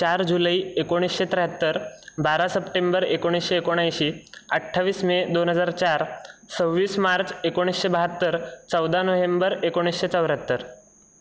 चार जुलै एकोणीसशे त्र्याहत्तर बारा सप्टेंबर एकोणीसशे एकोणऐंशी अठ्ठावीस मे दोन हजार चार सव्वीस मार्च एकोणीसशे बहात्तर चौदा नोव्हेंबर एकोणीसशे चौऱ्याहत्तर